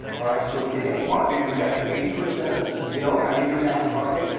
all right. so within any market, you've got your eighty percenters, you know, kind of your mass market.